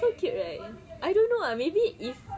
so cute right I don't know ah maybe if